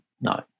No